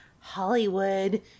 Hollywood